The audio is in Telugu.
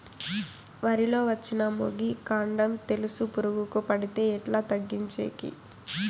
వరి లో వచ్చిన మొగి, కాండం తెలుసు పురుగుకు పడితే ఎట్లా తగ్గించేకి?